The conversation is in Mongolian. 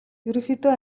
ерөнхийдөө